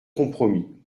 compromis